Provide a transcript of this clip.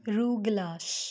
rugelach